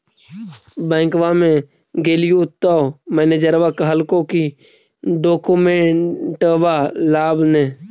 बैंकवा मे गेलिओ तौ मैनेजरवा कहलको कि डोकमेनटवा लाव ने?